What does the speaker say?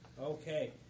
Okay